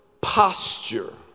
posture